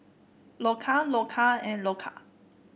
Loacker Loacker and Loacker